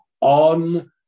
on